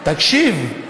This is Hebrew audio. תקשיב,